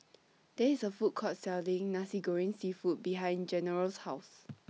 There IS A Food Court Selling Nasi Goreng Seafood behind General's House